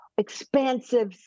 expansive